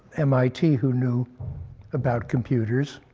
mit who knew about computers,